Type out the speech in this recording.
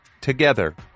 Together